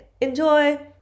Enjoy